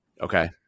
Okay